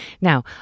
Now